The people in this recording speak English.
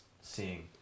seeing